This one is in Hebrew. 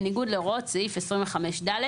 בניגוד להוראות סעיף 25(ד),